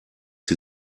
sie